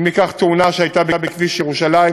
אם ניקח תאונה שהייתה בכביש ירושלים,